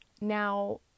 now